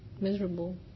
miserable